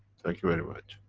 thank you very much.